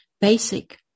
basic